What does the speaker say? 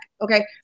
okay